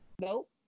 Nope